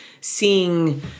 seeing